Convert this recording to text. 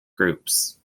groups